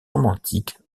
romantique